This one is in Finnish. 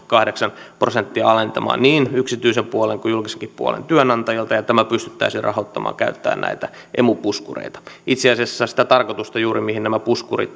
kahdeksan prosenttia alentamaan niin yksityisen puolen kuin julkisenkin puolen työnantajilta ja tämä pystyttäisiin rahoittamaan käyttäen näitä emu puskureita itse asiassa juuri sitä tarkoitusta varten mihin nämä puskurit